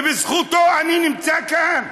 ובזכותו אני נמצא כאן.